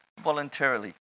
voluntarily